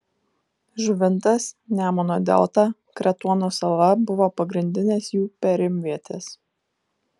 žuvintas nemuno delta kretuono sala buvo pagrindinės jų perimvietės